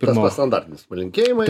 tas pats standartinis palinkėjimai